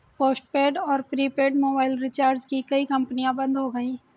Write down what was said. postpaid और prepaid mobile recharge की कई कंपनियां बंद हो गई